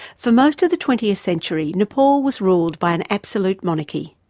for most of the twentieth century, nepal was ruled by an absolute monarchy.